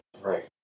Right